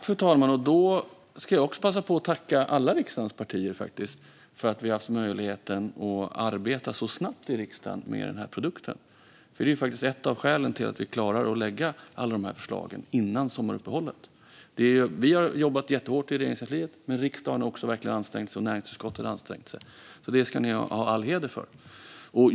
Fru talman! Jag ska passa på att tacka alla riksdagens partier för att vi har haft möjligheten att arbeta så snabbt i riksdagen med den här produkten. Det är ett av skälen till att vi klarar att lägga fram alla de här förslagen innan sommaruppehållet. Vi har jobbat jättehårt i Regeringskansliet, men riksdagen och näringsutskottet har verkligen också ansträngt sig. Det ska ni ha all heder för.